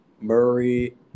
Murray